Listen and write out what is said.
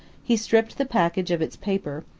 he stripped the package of its paper,